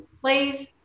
please